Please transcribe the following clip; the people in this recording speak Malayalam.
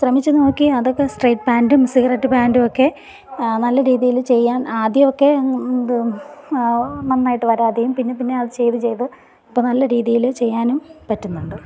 ശ്രമിച്ച് നോക്കി അതൊക്കെ സ്ട്രൈറ്റ് പാൻറ്റും സിഗരറ്റ് പാൻറ്റുവൊക്കെ നല്ല രീതീല് ചെയ്യാൻ ആദ്യം ഒക്കെ ഇത് നന്നായിട്ട് വരാതെയും പിന്നെ പിന്നെ ചെയ്ത് ചെയ്ത് ഇപ്പം നല്ല രീതിയിൽ ചെയ്യാനും പറ്റുന്നുണ്ട്